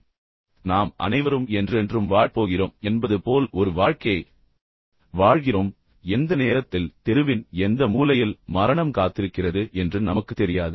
நாம் அனைவரும் 300 ஆண்டுகள் 500 ஆண்டுகள் அல்லது என்றென்றும் வாழப் போகிறோம் என்பது போல் ஒரு வாழ்க்கையை வாழ்கிறோம் ஆனால் எந்த நேரத்தில் தெருவின் எந்த மூலையில் மரணம் காத்திருக்கிறது என்று நமக்கு தெரியாது